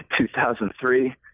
2003